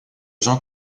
jean